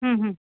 हम्म हम्म